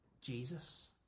Jesus